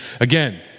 again